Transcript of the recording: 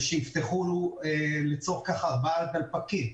וגם הם יצטרכו לפתוח ארבעה דלפקים.